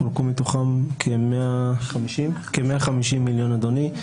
חולקו מתוכם כ-150 מיליון, אדוני.